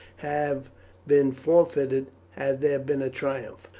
have been forfeited had there been a triumph.